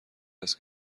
است